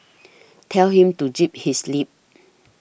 tell him to zip his lip